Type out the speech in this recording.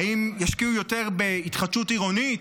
האם ישקיעו יותר בהתחדשות עירונית,